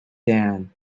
dan